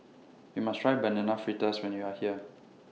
YOU must Try Banana Fritters when YOU Are here